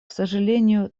сожалению